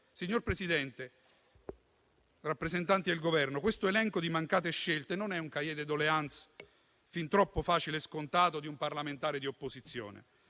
Signor Presidente, rappresentanti del Governo, questo elenco di mancate scelte non è un *cahiers de doléances*, fin troppo facile e scontato, di un parlamentare di opposizione,